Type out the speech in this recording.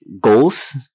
goals